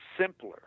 simpler